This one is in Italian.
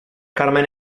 carmen